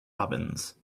robins